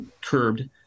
curbed